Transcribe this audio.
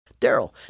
Daryl